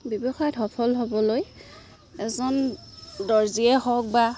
ব্যৱসায়ত সফল হ'বলৈ এজন দৰ্জীয়ে হওক বা